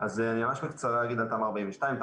אני ממש בקצרה אגיד על תמ"א/42.